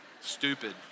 Stupid